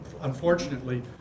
unfortunately